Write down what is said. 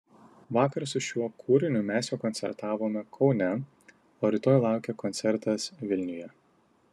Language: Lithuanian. vakar su šiuo kūriniu mes jau koncertavome kaune o rytoj laukia koncertas vilniuje